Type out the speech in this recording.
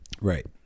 Right